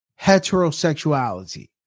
Heterosexuality